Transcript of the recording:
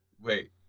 wait